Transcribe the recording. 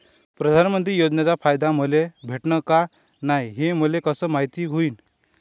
प्रधानमंत्री योजनेचा फायदा मले भेटनं का नाय, हे मले कस मायती होईन?